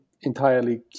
entirely